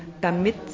damit